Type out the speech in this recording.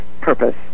purpose